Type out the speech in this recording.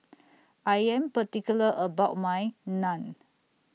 I Am particular about My Naan